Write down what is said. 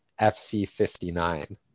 FC-59